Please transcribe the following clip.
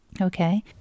Okay